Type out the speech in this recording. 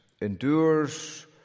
endures